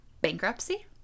Bankruptcy